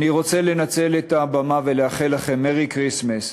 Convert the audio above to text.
אני רוצה לנצל את הבמה ולאחל לכם Merry Christmas,